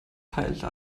teilte